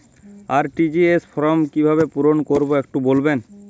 RTGS form কিভাবে পূরণ করবো একটু বলবেন?